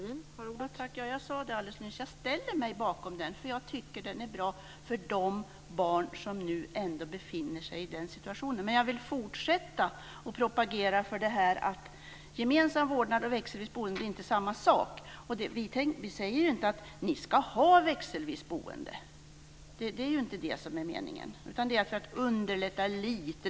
Fru talman! Ja, jag sade det alldeles nyss. Jag ställer mig bakom den för jag tycker att den är bra för de barn som nu ändå befinner sig i den här situationen. Jag vill dock fortsätta att propagera för att gemensam vårdnad och växelvis boende inte är samma sak. Vi säger inte att man ska ha växelvis boende. Det är inte det som är meningen. Det är för att underlätta lite.